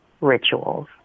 rituals